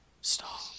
Stop